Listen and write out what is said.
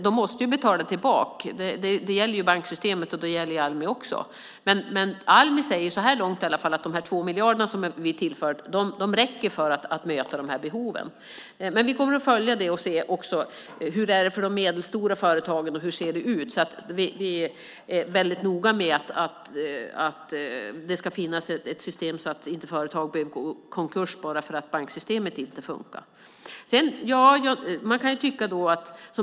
De måste betala tillbaka. Det gäller ju banksystemet, och det gäller Almi också. Almi säger så här långt att de 2 miljarder som vi har tillfört räcker för att möta behoven. Vi kommer att följa detta och se hur det är för de medelstora företagen. Vi är väldigt noga med att det ska finnas ett system så att inte företagen går i konkurs bara för att banksystemet inte fungerar.